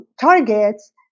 targets